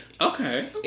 Okay